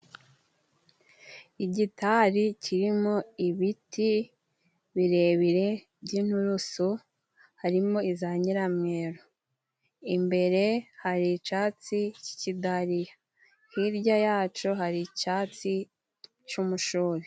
Igitari kirimo ibiti birebire by'inturusu harimo iza nyiramweru. Imbere hari icatsi cy'ikidariya hirya ya co hari icatsi c'umushubi.